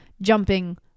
jumping